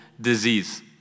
disease